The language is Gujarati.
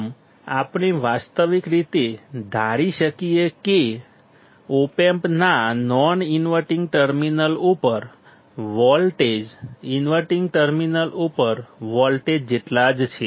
આમ આપણે વાસ્તવિક રીતે ધારી શકીએ છીએ કે ઓપ એમ્પના નોન ઇન્વર્ટીંગ ટર્મિનલ ઉપર વોલ્ટેજ ઇન્વર્ટીંગ ટર્મિનલ ઉપર વોલ્ટેજ જેટલા જ છે